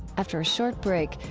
after a short break,